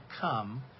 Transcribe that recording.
come